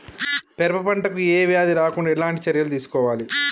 పెరప పంట కు ఏ వ్యాధి రాకుండా ఎలాంటి చర్యలు తీసుకోవాలి?